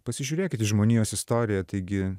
pasižiūrėkit į žmonijos istoriją taigi